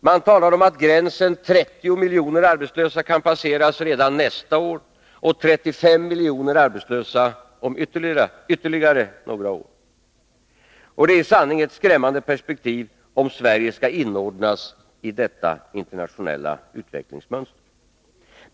Man talar om att gränsen 30 miljoner arbetslösa kan passeras redan nästa år och 35 miljoner arbetslösa om ytterligare några år. Det är i sanning ett skrämmande perspektiv om Sverige skall inordnas i detta internationella utvecklingsmönster.